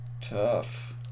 tough